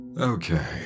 Okay